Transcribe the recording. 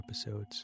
episodes